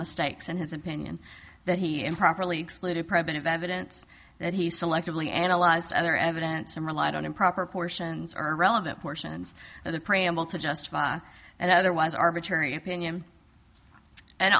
mistakes in his opinion that he improperly exploited private events that he selectively analyzed other evidence and relied on improper portions are relevant portions of the preamble to justify and otherwise arbitrary opinion and